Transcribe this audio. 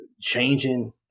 Changing